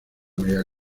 mega